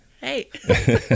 hey